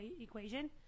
Equation